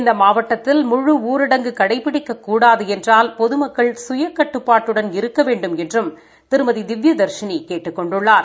இந்த மாவட்டத்தில் முழு ஊரடங்கு கடைபிடிக்கக்கூடாது என்றால் பொதுமக்கள் சுய கட்டுப்பாட்டுடன் இருக்க வேண்டுமென்றும் திருமதி திவ்ய தர்ஷினி கேட்டுக்கொண்டுள்ளார்